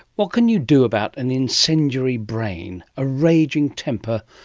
what can you do about an incendiary brain? a raging temper,